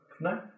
No